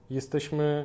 jesteśmy